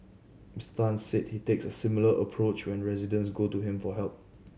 Miss Tan said he takes a similar approach when residents go to him for help